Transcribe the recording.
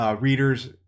readers